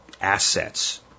assets